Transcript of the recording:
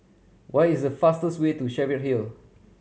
what is the fastest way to Cheviot Hill